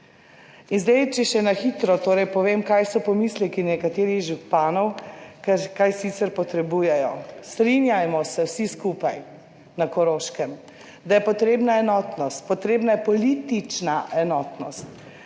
In zdaj, če še na hitro torej povem, kaj so pomisleki nekaterih županov, kaj sicer potrebujejo. Strinjajmo se vsi skupaj, na Koroškem, da je potrebna enotnost, potrebna je politična enotnost.